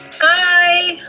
Bye